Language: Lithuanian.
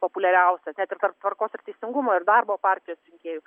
populiariausias net ir tarp tvarkos ir teisingumo ir darbo partijos rinkėjų